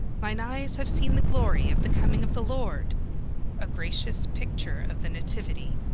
mine eyes have seen the glory of the coming of the lord a gracious picture of the nativity.